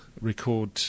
record